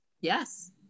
Yes